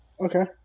Okay